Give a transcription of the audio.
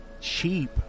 cheap